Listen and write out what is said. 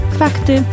fakty